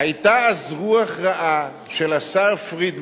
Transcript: היתה אז רוח רעה של השר פרידמן,